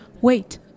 Wait